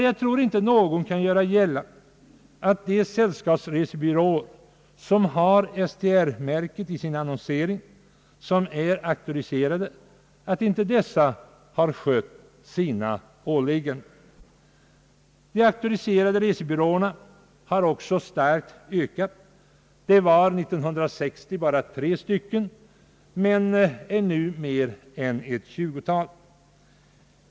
Jag tror inte någon kan göra gällande att de sällskapsresebyråer som har STR märket i sin annonsering och som alltså är auktoriserade inte har skött sina åtaganden. De auktoriserade resebyråernas antal har också starkt ökat. De var år 1960 bara tre men är nu mer än ett tjugutal.